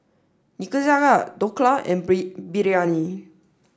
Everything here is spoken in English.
Nikujaga Dhokla and Biryani